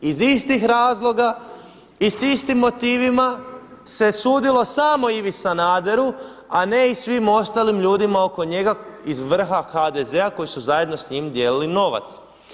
Iz istih razloga i s istim motivima se sudilo samo Ivi Sanaderu, a ne i svim ostalim ljudima oko njega iz vrha HDZ-a koji su zajedno s njim dijelili novac.